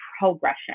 progression